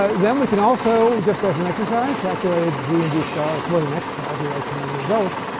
ah then we can also, just as an exercise, calculate g and g star. it's more than an exercise. we like to know the results.